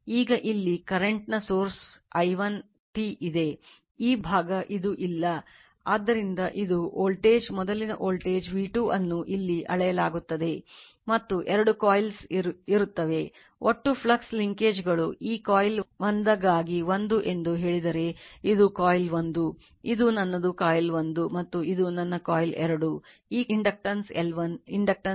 ಈಗ ಇಲ್ಲಿ ಕರೆಂಟ್ ನ source ಇರುತ್ತವೆ ಒಟ್ಟು ಫ್ಲಕ್ಸ್ ಲಿಂಕ್ಗೇಜ್ಗಳು ಈ ಕಾಯಿಲ್ 1 ಗಾಗಿ 1 ಎಂದು ಹೇಳಿದರೆ ಇದು ಕಾಯಿಲ್ 1 ಇದು ನನ್ನದು ಕಾಯಿಲ್ 1 ಮತ್ತು ಇದು ನನ್ನ ಕಾಯಿಲ್ 2 ಈ ಇಂಡಕ್ಟನ್ಸ್ L 1 ಇಂಡಕ್ಟನ್ಸ್ L 2 ಆಗಿದೆ